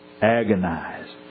agonized